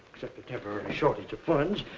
except a temporary shortage of funds.